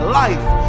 life